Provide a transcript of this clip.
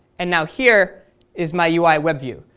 and now here is my uiwebview,